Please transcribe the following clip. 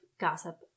gossip